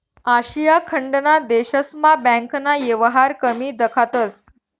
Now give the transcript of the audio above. आशिया खंडना देशस्मा बँकना येवहार कमी दखातंस